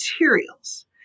materials